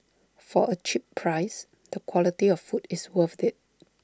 for A cheap price the quality of food is worth IT